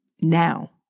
now